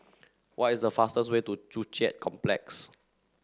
what is the fastest way to Joo Chiat Complex